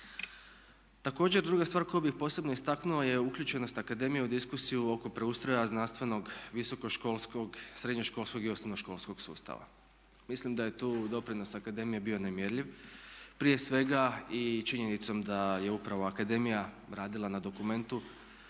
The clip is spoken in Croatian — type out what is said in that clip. Također druga stvar koju bih posebno istaknuo je uključenost akademije u diskusiju oko preustroja znanstvenog, visokoškolskog, srednjoškolskog i osnovnoškolskog sustava. Mislim da je tu doprinos akademije bio nemjerljiv. Prije svega i činjenicom da je upravo akademija radila na dokumentu